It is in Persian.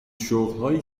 شغلهایی